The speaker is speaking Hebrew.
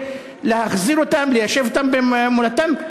להחזיר אותם וליישב אותם במולדתם,